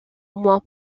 moins